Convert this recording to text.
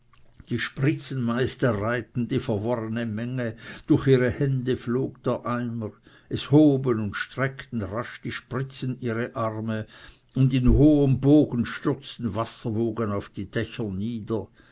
die spritzenmeister reihten die verworrene menge durch ihre hände flog der eimer es hoben und streckten rasch die spritzen ihre arme und in hohem bogen stürzten wasserwogen auf die dächer nieder